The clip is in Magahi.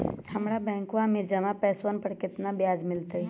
हम्मरा बैंकवा में जमा पैसवन पर कितना ब्याज मिलतय?